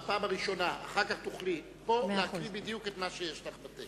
בפעם הראשונה נא להקריא בדיוק את מה שבטקסט.